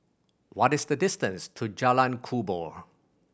what is the distance to Jalan Kubor